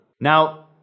Now